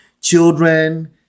Children